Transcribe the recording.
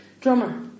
Drummer